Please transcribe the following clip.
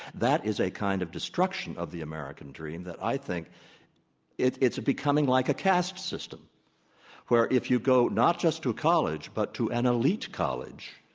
that is a kind of destruction of the american dream that i think it's it's becoming like a caste system where if you go not just to college but to an elite college,